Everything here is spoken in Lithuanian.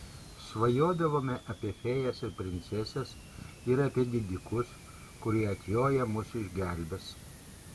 svajodavome apie fėjas ir princeses ir apie didikus kurie atjoję mus išgelbės